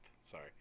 Sorry